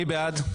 מי בעד?